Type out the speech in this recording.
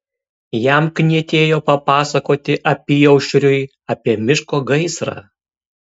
jam knietėjo papasakoti apyaušriui apie miško gaisrą